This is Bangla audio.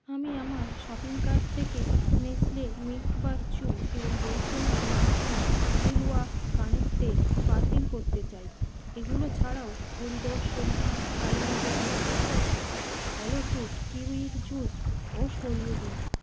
আমি আমার শপিং কার্ট থেকে নেসলে মিল্কবার চু এবং বৈদ্যনাথ নাগপুর ভিলয়া কানের তেল বাতিল করততে চাই এগুলো ছাড়াও হরিদর্শন সাইমোগরা ধূপকাঠি অ্যালো ফ্রুট কিউইর জুসও সরিয়ে দিন